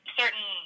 certain